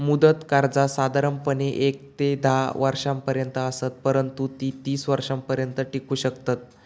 मुदत कर्जा साधारणपणे येक ते धा वर्षांपर्यंत असत, परंतु ती तीस वर्षांपर्यंत टिकू शकतत